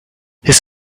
his